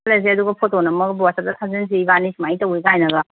ꯆꯠꯂꯁꯤ ꯑꯗꯨꯒ ꯐꯣꯇꯣ ꯅꯝꯃꯒ ꯋꯥꯆꯞꯇ ꯊꯥꯖꯟꯁꯤ ꯏꯕꯥꯅꯤ ꯁꯨꯃꯥꯏ ꯇꯧꯏ ꯀꯥꯏꯅꯒ